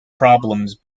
problems